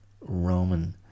Roman